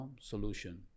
solution